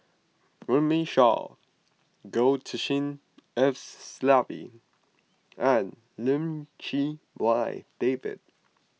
Runme Shaw Goh Tshin En Sylvia and Lim Chee Wai David